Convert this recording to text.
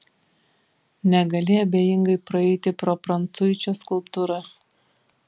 negali abejingai praeiti pro prancuičio skulptūras